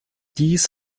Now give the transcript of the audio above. dies